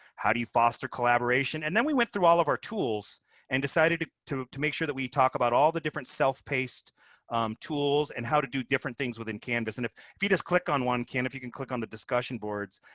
how do you foster collaboration? and then we went through all of our tools and decided to to make sure that we talk about all the different self-paced tools and how to do different things within canvas. and if if you just click on one, ken if you can click on the discussion boards.